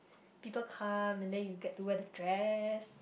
people come and then you get to wear the dress